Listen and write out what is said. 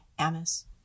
Amos